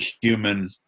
human